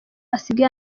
asigaye